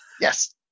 Yes